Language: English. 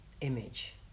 image